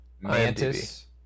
Mantis